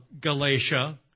Galatia